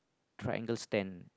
triangle stand